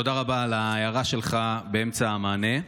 תודה רבה על ההערה שלך באמצע המענה.